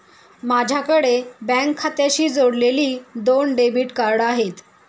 माझ्याकडे बँक खात्याशी जोडलेली दोन डेबिट कार्ड आहेत